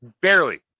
Barely